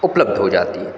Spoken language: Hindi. उपलब्ध हो जाती है